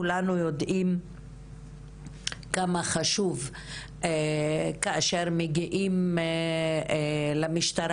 כולנו יודעים כמה חשוב כאשר מגיעים למשטרה,